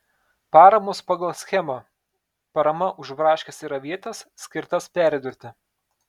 paramos pagal schemą parama už braškes ir avietes skirtas perdirbti